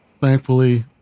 thankfully